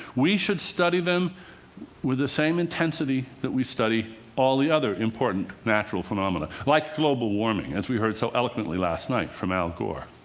we should study them with the same intensity that we study all the other important natural phenomena, like global warming, as we heard so eloquently last night from al gore.